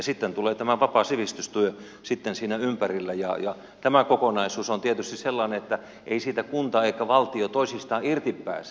sitten on tämä vapaa sivistystyö siinä ympärillä ja tämä kokonaisuus on tietysti sellainen että eivät siinä kunta ja valtio toisistaan irti pääse